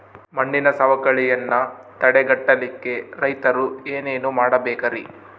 ಮಣ್ಣಿನ ಸವಕಳಿಯನ್ನ ತಡೆಗಟ್ಟಲಿಕ್ಕೆ ರೈತರು ಏನೇನು ಮಾಡಬೇಕರಿ?